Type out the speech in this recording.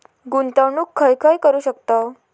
गुंतवणूक खय खय करू शकतव?